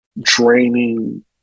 draining